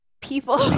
people